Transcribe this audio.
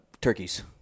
Turkeys